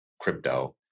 crypto